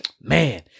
Man